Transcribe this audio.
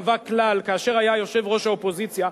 קבע כלל כאשר היה יושב-ראש האופוזיציה.